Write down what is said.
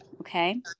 okay